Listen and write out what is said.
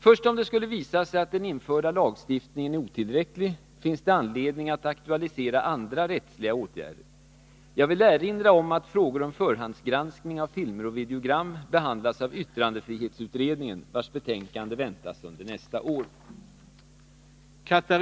Först om det skulle visa sig att den införda lagstiftningen är otillräcklig finns det anledning att aktualisera andra rättsliga åtgärder. Jag vill erinra om att frågor om förhandsgranskning av filmer och videogram behandlas av yttrandefrihetsutredningen, vars betänkande väntas under nästa år.